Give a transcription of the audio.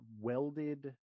welded